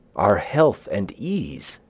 our health and ease,